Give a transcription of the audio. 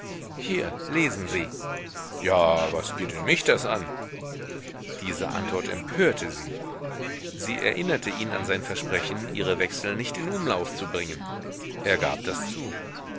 hier lesen sie ja was geht denn mich das an diese antwort empörte sie sie erinnerte ihn an sein versprechen ihre wechsel nicht in umlauf zu bringen er gab das zu